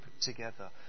together